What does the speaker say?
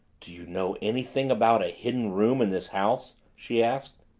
do you know anything about a hidden room in this house? she asked.